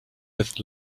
with